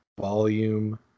Volume